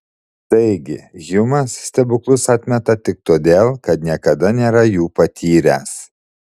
taigi hjumas stebuklus atmeta tik todėl kad niekada nėra jų patyręs